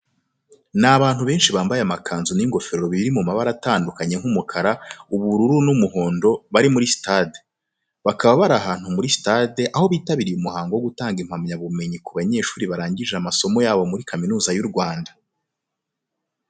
Ni abantu benshi bambaye amakanzu n'ingofero biri mu mabara atandukanye nk'umukara, ubururu n'umuhondo, bari muri sitade. Bakaba bari ahantu muri sitade aho bitabiriye umuhango wo gutanga impamyabumenyi ku banyeshuri barangije amasomo yabo muri Kaminuza y'u Rwanda.